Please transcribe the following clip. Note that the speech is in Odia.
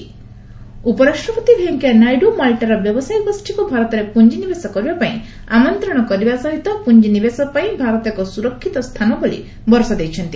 ଭିପି ମାଲ୍ଟା ଉପରାଷ୍ଟ୍ରପତି ଭେଙ୍କୟା ନାଇଡୁ ମାଲ୍ଟାର ବ୍ୟବସାୟୀ ଗୋଷ୍ଠୀକୁ ଭାରତରେ ପୁଞ୍ଜିନିବେଶ କରିବା ପାଇଁ ଆମନ୍ତ୍ରଣ କରିବା ସହିତ ପୁଞ୍ଜି ନିବେଶ ପାଇଁ ଭାରତ ଏକ ସୁରକ୍ଷିତ ସ୍ଥାନ ବୋଲି ଭରସା ଦେଇଛନ୍ତି